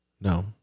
No